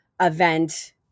event